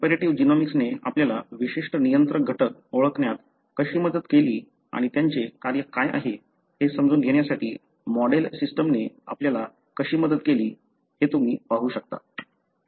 comparative जीनोमिक्सने आपल्याला विशिष्ट नियंत्रण घटक ओळखण्यात कशी मदत केली आणि त्यांचे कार्य काय आहे हे समजून घेण्यासाठी मॉडेल सिस्टमने आपल्याला कशी मदत केली हे तुम्ही पाहू शकता